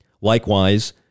Likewise